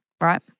Right